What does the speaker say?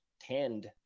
tend